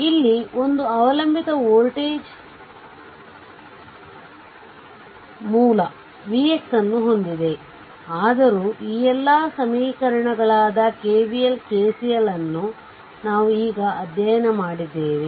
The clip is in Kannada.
ಆದ್ದರಿಂದ ಇಲ್ಲಿ ಒಂದು ಅವಲಂಬಿತ ವೋಲ್ಟೇಜ್ ಮೂಲ vx ನ್ನು ಹೊಂದಿದೆ ಆದರೂ ಈ ಎಲ್ಲಾ ಸಮೀಕರಣಗಳಾದ KVL KCL ನಾವು ಈಗ ಅಧ್ಯಯನ ಮಾಡಿದ್ದೇವೆ